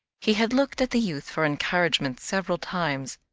he had looked at the youth for encouragement several times.